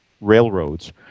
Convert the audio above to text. railroads